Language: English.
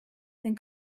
then